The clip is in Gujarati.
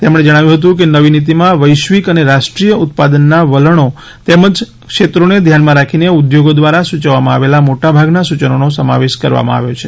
તેમણે જણાવ્યું હતું કે નવી નીતીમાં વૈશ્વિક અને રાષ્ટ્રીય ઉત્પાદનના વલણો તેમજ ક્ષેત્રોને ધ્યાનમાં રાખીને ઉદ્યોગો દ્વારા સૂચવવામાં આવેલા મોટાભાગના સૂચનોનો સમાવેશ કરવામાં આવ્યો છે